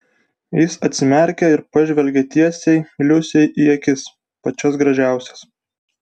jis atsimerkė ir pažvelgė tiesiai liusei į akis pačias gražiausias